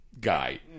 guy